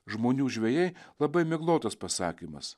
žmonių žvejai labai miglotas pasakymas